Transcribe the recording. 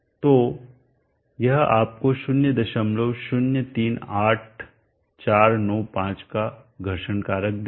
तो यह आपको 0038495 का घर्षण कारक देगा